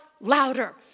louder